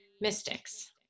mystics